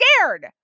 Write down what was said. scared